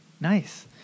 nice